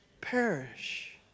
perish